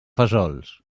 fesols